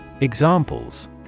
Examples